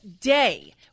day